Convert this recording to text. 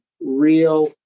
real